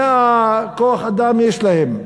100 עובדים יש להם.